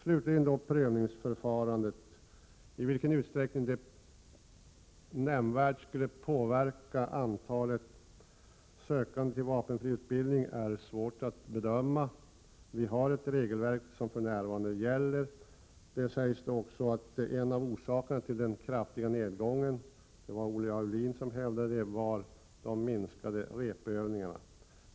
Slutligen har vi då prövningsförfarandet. I vilken utsträckning det skulle påverka antalet sökande till vapenfriutbildning är svårt att bedöma. Vi har ett regelverk som för närvarande gäller. Olle Aulin hävdar att en av orsakerna till den kraftiga nedgången var de minskade repövningarna.